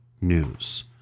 News